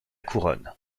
couronne